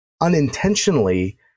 unintentionally